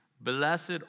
blessed